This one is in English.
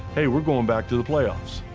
hey, we're going back to the playoffs.